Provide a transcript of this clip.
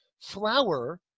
Flower